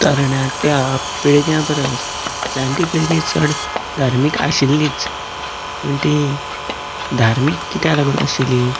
तरणाट्या पिळग्यां परस जाण्टी पिळगी चड धार्मीक आशिल्लीच पूण ती धार्मीक कित्याक लागून आशिल्ली